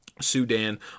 sudan